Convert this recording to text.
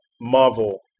marvel